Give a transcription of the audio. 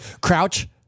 crouch